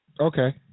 Okay